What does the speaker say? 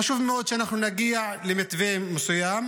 חשוב מאוד שאנחנו נגיע למתווה מסוים